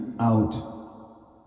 out